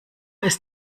ist